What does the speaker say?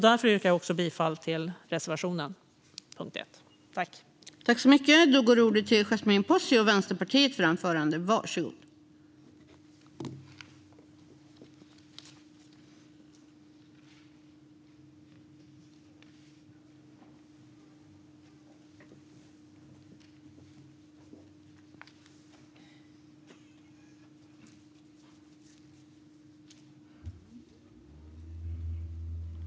Därför yrkar jag bifall till reservationen under punkt 1.